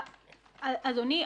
אדוני,